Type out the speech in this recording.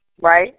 right